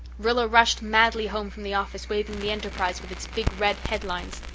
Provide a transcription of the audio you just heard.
rilla rushed madly home from the office waving the enterprise with its big red headlines.